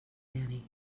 annie